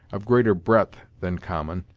of greater breadth than common,